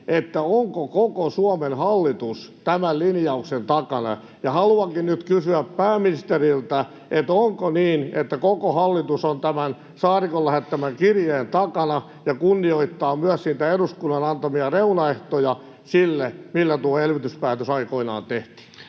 onko koko Suomen hallitus tämän linjauksen takana, ja haluankin nyt kysyä pääministeriltä: onko niin, että koko hallitus on tämän Saarikon lähettämän kirjeen takana ja kunnioittaa myös niitä eduskunnan antamia reunaehtoja sille, että tuo elvytyspäätös aikoinaan tehtiin?